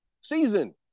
season